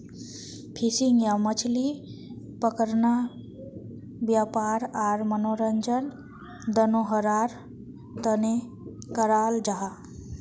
fishing या मछली पकड़ना वयापार आर मनोरंजन दनोहरार तने कराल जाहा